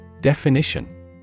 Definition